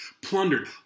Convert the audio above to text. plundered